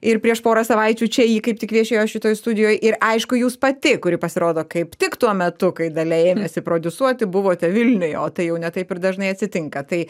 ir prieš porą savaičių čia ji kaip tik viešėjo šitoj studijoj ir aišku jūs pati kuri pasirodo kaip tik tuo metu kai dalia ėmėsi prodiusuoti buvote vilniuj o tai jau ne taip ir dažnai atsitinka tai